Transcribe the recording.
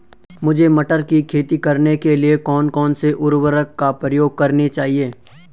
मुझे मटर की खेती करने के लिए कौन कौन से उर्वरक का प्रयोग करने चाहिए?